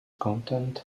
content